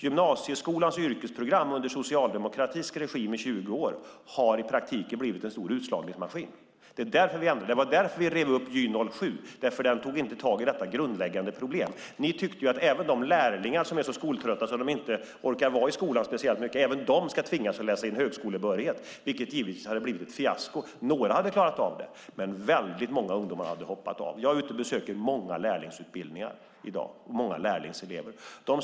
Gymnasieskolans yrkesprogram under socialdemokratisk regim i 20 år har i praktiken blivit en stor utslagningsmaskin. Det var därför vi rev upp Gy 2007, för den tog inte tag i detta grundläggande problem. Ni tyckte att även de lärlingar som är så skoltrötta att de inte orkar vara i skolan speciellt mycket ska tvingas läsa in högskolebehörighet. Det hade givetvis blivit fiasko. Några hade klarat av det, men väldigt många ungdomar hade hoppat av. Jag är ute och besöker många lärlingsutbildningar och lärlingselever i dag.